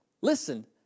Listen